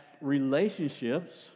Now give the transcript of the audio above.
relationships